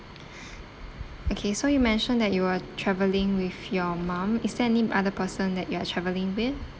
okay so you mentioned that you are travelling with your mum is there any other person that you are travelling with